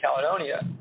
Caledonia